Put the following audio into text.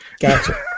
Gotcha